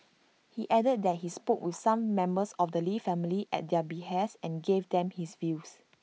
he added that he spoke with some members of the lee family at their behest and gave them his views